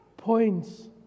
Points